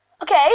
Okay